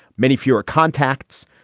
many fewer contacts,